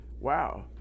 wow